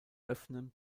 öffnen